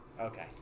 Okay